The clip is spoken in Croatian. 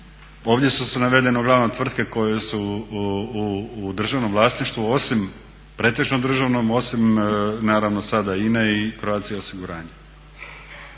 Ovdje su navedene uglavnom tvrtke koje su u državnom vlasništvu osim, pretežno državnom, osim naravno sada INA-e i Croatia osiguranja.